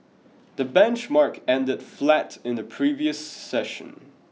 the benchmark ended flat in the previous session